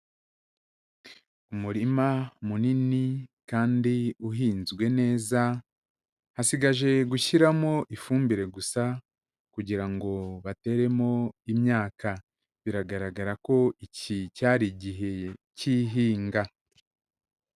Umurima munini kandi uhinzwe neza, hasigaje gushyiramo ifumbire gusa kugira ngo bateremo imyaka, biragaragara ko iki cyari igihe cy'ihinga.